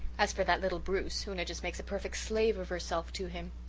as for that little bruce, una just makes a perfect slave of herself to him.